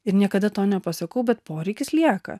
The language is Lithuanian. ir niekada to nepasakau bet poreikis lieka